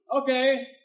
Okay